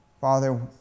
Father